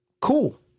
Cool